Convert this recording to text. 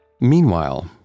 Meanwhile